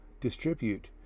distribute